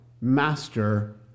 master